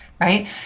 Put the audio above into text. right